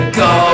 go